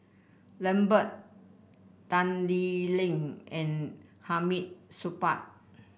Lambert Tan Lee Leng and Hamid Supaat